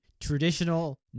traditional